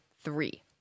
three